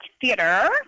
Theater